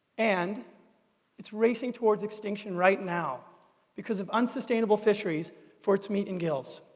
and it's racing towards extinction right now because of unsustainable fisheries for its meat and gills.